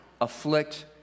afflict